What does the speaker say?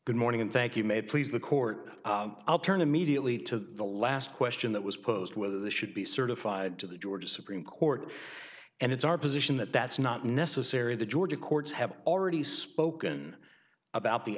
good morning and thank you may please the court i'll turn immediately to the last question that was posed whether this should be certified to the georgia supreme court and it's our position that that's not necessary the georgia courts have already spoken about the